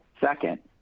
Second